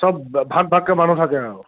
চব ভাগ ভাগকৈ মানুহ থাকে আৰু